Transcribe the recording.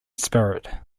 spirit